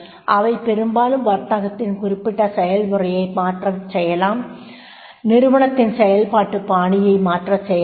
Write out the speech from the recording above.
அவை பெரும்பாலும் வர்த்தகத்தின் குறிப்பிட்ட செயல் முறையை மாற்றச் சொல்லலாம் நிறுவனத்தின் செயலபாட்டுப் பாணியை மாற்றச் சொல்லலாம்